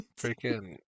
freaking